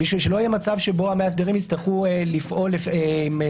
כדי שלא יהיה מצב שבו המאסדרים יצטרכו לפעול לפי